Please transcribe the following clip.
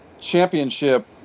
championship